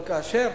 אבל כאשר